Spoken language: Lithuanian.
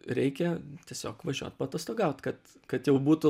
reikia tiesiog važiuot paatostogaut kad kad jau būtų